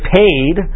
paid